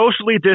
socially